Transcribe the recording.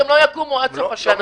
--- הם לא יקומו עד סוף השנה.